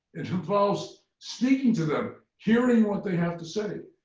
it involves speaking to them, hearing what they have to say.